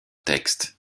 texte